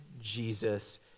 Jesus